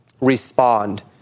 respond